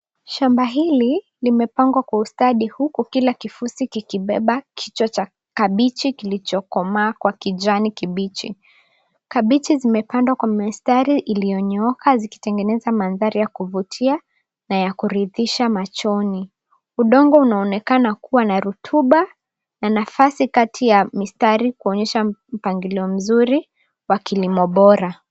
SHamba hili limepandwa kwa ustadi huku kila kifusi kikibeba kichwa cha kabichi kilichokomaa cha kijani kibichi. Kabichi imepandwa kwa mistari iliyonyooka zikitengeneza mandhari ya kuvutia na ya kuridhisha machoni. Udongo unaonekana kuwa na rotuba na nafasi kati ya mistari kuonyesha mpangilio mzuri wa kilimo bora.